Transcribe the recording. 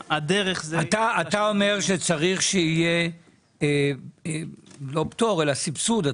אתה אומר שצריך שיהיה לו פטור אלא סבסוד,